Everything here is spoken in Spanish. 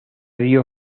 río